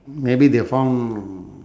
maybe they found